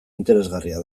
interesgarria